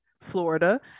florida